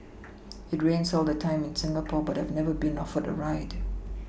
it rains all the time in Singapore but I've never been offered a ride